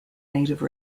native